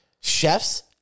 chefs